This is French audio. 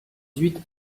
huit